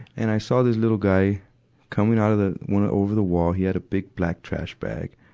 and i saw this little guy coming out of the, one of, over the wall. he had a big, black trash bag.